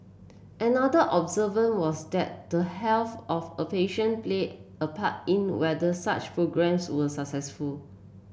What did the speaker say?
another observant was that the health of a patient played a part in whether such programmes were successful